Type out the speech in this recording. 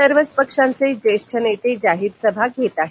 सर्वच पक्षांचे ज्येष्ठ नेते जाहीर सभा घेत आहेत